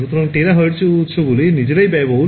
সুতরাং টেরাহার্জ উৎসগুলি নিজেরাই ব্যয়বহুল